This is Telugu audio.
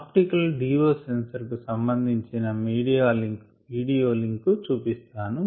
ఆప్టికల్ DO సెన్సర్ కు సంబంధించిన వీడియొ కు లింక్ చూపిస్తాను